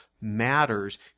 matters